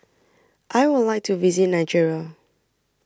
I Would like to visit Nigeria